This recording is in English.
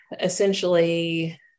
essentially